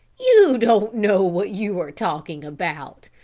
you don't know what you are talking about.